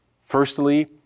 Firstly